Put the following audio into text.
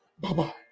Bye-bye